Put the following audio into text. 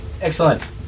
Excellent